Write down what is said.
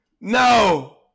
No